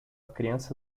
criança